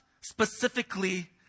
specifically